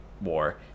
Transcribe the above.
War